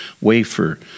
wafer